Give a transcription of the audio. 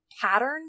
pattern